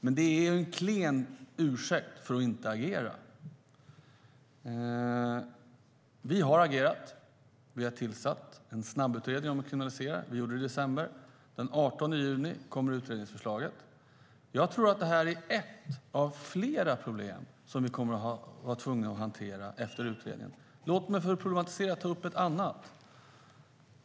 Men det är en klen ursäkt för att inte agera. Låt mig för att problematisera ta upp ett annat.